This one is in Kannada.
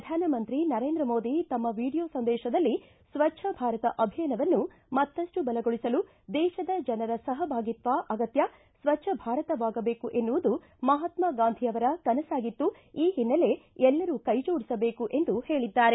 ಪ್ರಧಾನಮಂತ್ರಿ ನರೇಂದ್ರ ಮೋದಿ ತಮ್ಮ ವಿಡೀಯೋ ಸಂದೇಶದಲ್ಲಿ ಸ್ವಚ್ದ ಭಾರತ ಅಭಿಯಾನವನ್ನು ಮತ್ತಷ್ಟು ಬಲಗೊಳಿಸಲು ದೇಶದ ಜನರ ಸಹಭಾಗಿತ್ವ ಅಗತ್ಯ ಸ್ವಚ್ದ ಭಾರತವಾಗದೇಕು ಎನ್ನುವುದು ಮಹಾತ್ಮ ಗಾಂಧಿ ಅವರ ಕನಸಾಗಿತ್ತು ಈ ಹಿನ್ನೆಲೆ ಎಲ್ಲರೂ ಕೈಜೋಡಿಸಬೇಕು ಎಂದು ಹೇಳಿದ್ದಾರೆ